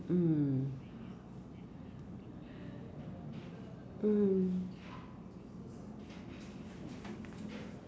mm